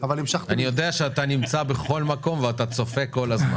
אני יודע שאתה נמצא בכל מקום ואתה צופה כל הזמן.